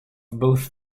both